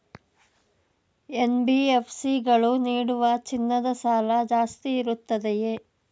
NBFC ಗಳು ನೀಡುವ ಚಿನ್ನದ ಸಾಲ ಜಾಸ್ತಿ ಇರುತ್ತದೆಯೇ?